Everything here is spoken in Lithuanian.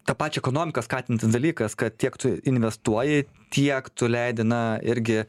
tą pačią ekonomiką skatinantis dalykas kad tiek tu investuoji tiek tu leidi na irgi